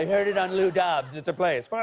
heard it on lou dobbs. it's a place. but